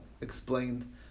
explained